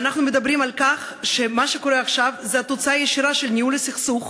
ואנחנו מדברים על כך שמה שקורה עכשיו הוא תוצאה ישירה של ניהול הסכסוך,